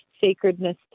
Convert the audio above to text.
sacredness